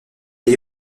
lié